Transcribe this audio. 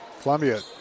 Columbia